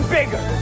bigger